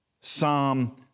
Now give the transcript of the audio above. Psalm